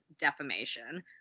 defamation